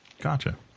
Gotcha